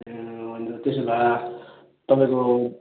ए हुन्छ त्यसो भए तपाईँको